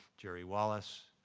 jerry wallace,